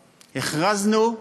הכרזנו,